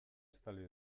estali